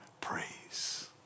praise